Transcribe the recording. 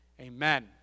Amen